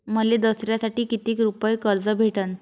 मले दसऱ्यासाठी कितीक रुपये कर्ज भेटन?